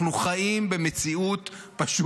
אנחנו פשוט חיים במציאות פסיכוטית.